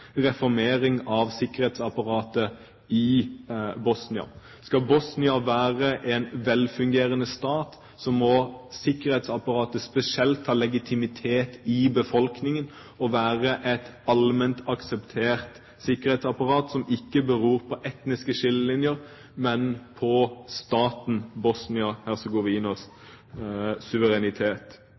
Bosnia. Skal Bosnia være en velfungerende stat, må spesielt sikkerhetsapparatet ha legitimitet i befolkningen og være et allment akseptert sikkerhetsapparat, som ikke beror på etniske skillelinjer, men på staten Bosnia-Hercegovinas suverenitet.